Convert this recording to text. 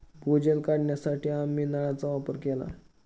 भूजल काढण्यासाठी आम्ही नळांचा वापर केला